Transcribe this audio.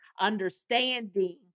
understanding